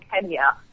Kenya